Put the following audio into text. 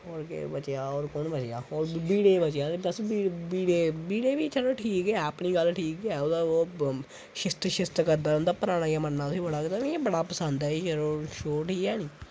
केह् बचेआ होर कुन्न बचेआ विवेक बचेआ बस विवेक बी ठीक ऐ अपनी गल्ल ठीक ऐ शिष्ट शिष्ट करदा रौहंदा पराना मन्नेआ गेदा पसंद ऐ चलो शो ठीक ऐ नी